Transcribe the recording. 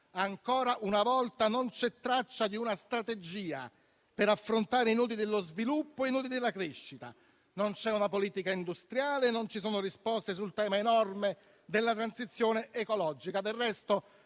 Ancora una volta non c'è traccia di una strategia per affrontare i nodi dello sviluppo e della crescita. Non c'è una politica industriale, non ci sono risposte sul tema enorme della transizione ecologica.